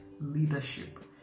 leadership